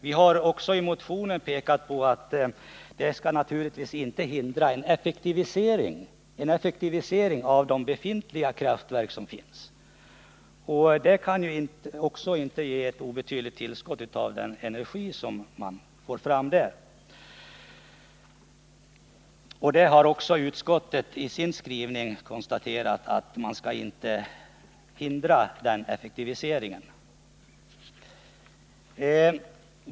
Vi har i motionen pekat på att detta givetvis inte skall hindra en effektivisering av de befintliga kraftverken — det kan ge ett inte obetydligt tillskott av energi. Utskottet har även i sin skrivning framhållit att man inte skall hindra den effektiviseringen.